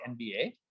NBA